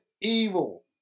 evil